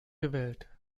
gewählt